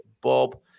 Bob